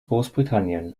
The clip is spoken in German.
großbritannien